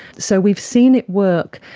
so we've seen it work.